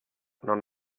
non